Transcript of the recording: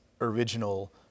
original